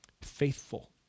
faithful